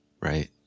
Right